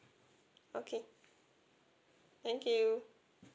okay thank you